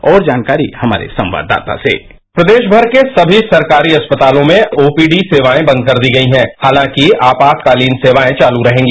और जानकारी हमारे संवाददाता से प्रदेश भर के समी सरकारी अस्पतालों में ओपीडी सेवाएं बंद कर दी गई हालांकि आपातकालीनसेवाएं चालू रहेंगी